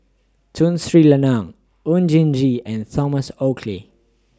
Tun Sri Lanang Oon Jin Gee and Thomas Oxley